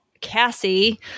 Cassie